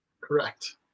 correct